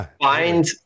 find